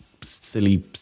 silly